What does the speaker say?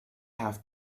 have